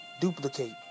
duplicate